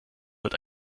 wird